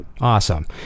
awesome